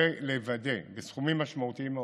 ובסכומים משמעותיים מאוד,